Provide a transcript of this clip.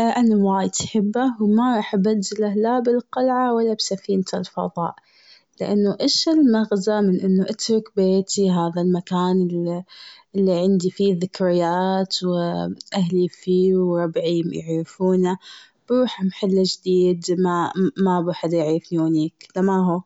أنا وايد أحبه وما رح ابدله لا بالقلعة و لا بسفينة الفضاء. لأنه ايش المغزى من إنه اترك بيتي في هذا المكان اللي عندي فيه ذكريات و أهلي فيه و ربعي يعرفونه. روح محل جديد ما- ما به حدا يعرفونك فما هو.